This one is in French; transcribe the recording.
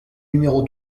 numéro